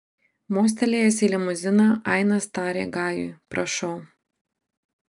mostelėjęs į limuziną ainas tarė gajui prašau